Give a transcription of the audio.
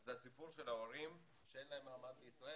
זה הסיפור של ההורים שאין להם מעמד בישראל,